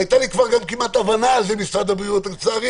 הייתה גם הבנה עם משרד הבריאות ולצערי